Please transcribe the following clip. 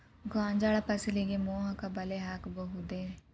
ಗೋಂಜಾಳ ಫಸಲಿಗೆ ಮೋಹಕ ಬಲೆ ಹಾಕಬಹುದೇ?